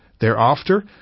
Thereafter